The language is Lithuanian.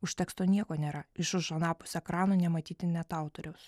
už teksto nieko nėra iš už anapus ekrano nematyti net autoriaus